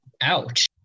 Ouch